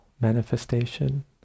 manifestation